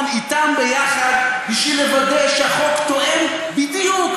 איתם יחד בשביל לוודא שהחוק תואם בדיוק,